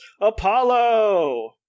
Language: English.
Apollo